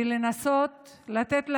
ולנסות לתת להן,